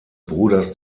bruders